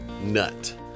nut